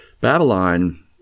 Babylon